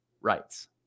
rights